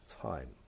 time